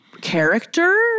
character